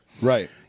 right